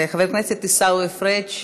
חבר הכנסת עיסאווי פריג'